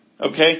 Okay